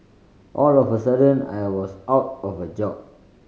all of a sudden I was out of a job